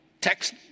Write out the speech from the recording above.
text